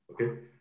Okay